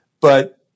But-